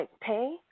pay